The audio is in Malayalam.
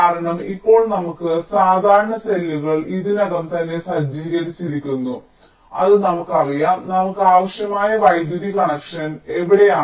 കാരണം ഇപ്പോൾ നമുക്ക് സാധാരണ സെല്ലുകൾ ഇതിനകം തന്നെ സജ്ജീകരിച്ചിരിക്കുന്നു അത് നമുക്കറിയാം നമുക്ക് ആവശ്യമായ വൈദ്യുതി കണക്ഷനുകൾ എവിടെയാണ്